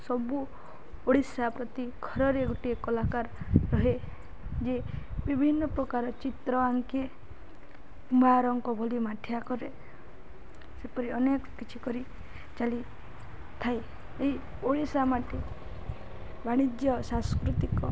ସବୁ ଓଡ଼ିଶା ପ୍ରତି ଘରରେ ଗୋଟିଏ କଳାକାର ରୁହେ ଯିଏ ବିଭିନ୍ନ ପ୍ରକାର ଚିତ୍ର ଆଙ୍କେ କୁମ୍ଭାରଙ୍କ ବୋଲି ମାଠିଆ କରେ ସେପରି ଅନେକ କିଛି କରି ଚାଲିଥାଏ ଏଇ ଓଡ଼ିଶା ମାଟି ବାଣିଜ୍ୟ ସାଂସ୍କୃତିକ